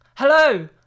Hello